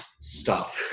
stop